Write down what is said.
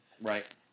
Right